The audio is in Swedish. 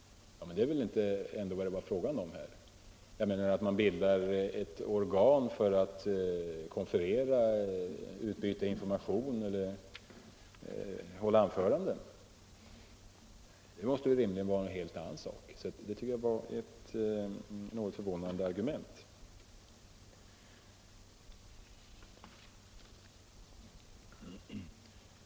Men det förhållandet att man bildar ett organ för att konferera, utbyta information eller hålla anföranden måste rimligtvis vara en helt annan sak. Jag tycker därför att det var ett något förvånande argument.